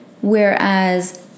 Whereas